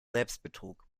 selbstbetrug